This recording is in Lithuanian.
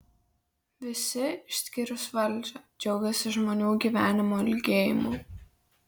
visi išskyrus valdžią džiaugiasi žmonių gyvenimo ilgėjimu